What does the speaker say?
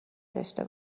داشته